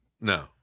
no